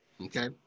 okay